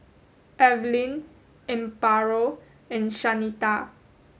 Evelyne Amparo and Shanita